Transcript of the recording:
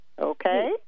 Okay